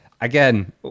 Again